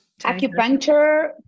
acupuncture